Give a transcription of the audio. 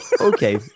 Okay